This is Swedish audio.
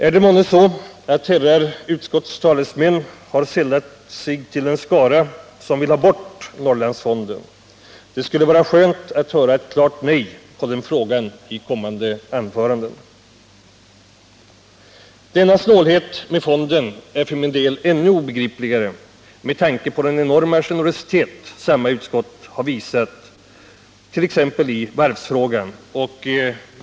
Är det månne så, att utskottets herrar talesmän har sällat sig till den skara som vill ha bort Norrlandsfonden? Det skulle vara skönt att i kommande anföranden få höra ett klart nej på den frågan. Denna snålhet med medel till fonden är för min del ännu obegripligare med tanke på den enorma generositet som samma utskott har visat i t.ex. varvsfrågan.